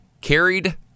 Carried